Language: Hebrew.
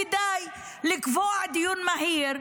כדאי לקבוע דיון מהיר.